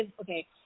okay